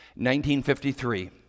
1953